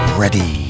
ready